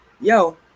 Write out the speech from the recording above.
yo